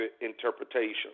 interpretation